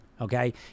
okay